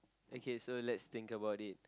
okay so let's think about it